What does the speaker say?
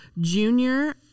Junior